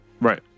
Right